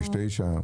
בכביש 9,